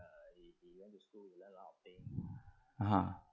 (uh huh)